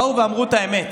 באו ואמרו את האמת,